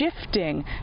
shifting